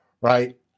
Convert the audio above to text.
right